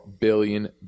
billion